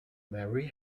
mary